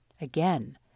Again